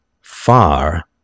far